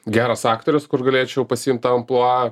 geras aktorius kur galėčiau pasiimt tą amplua